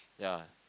ya